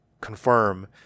confirm